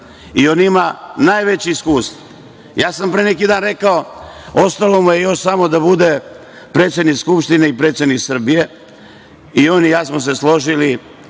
i on ima najveće iskustvo. Ja sam pre neki dan rekao, ostalo mu je još da bude predsednik Skupštine i predsednik Srbije. I on i ja smo se složili